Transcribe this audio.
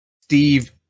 Steve